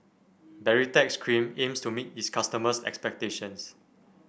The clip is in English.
Baritex Cream aims to meet its customers' expectations